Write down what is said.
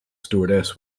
stewardess